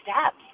steps